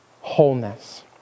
wholeness